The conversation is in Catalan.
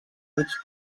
mig